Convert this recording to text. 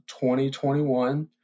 2021